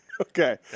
Okay